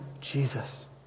Jesus